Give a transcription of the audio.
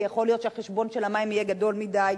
כי יכול להיות שחשבון המים יהיה גדול מדי,